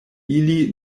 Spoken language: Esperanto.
ili